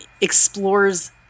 explores